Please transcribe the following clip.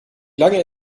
lange